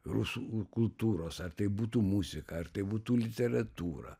rusų kultūros ar tai būtų muzika ar tai būtų literatūra